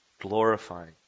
glorifying